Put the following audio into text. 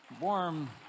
warm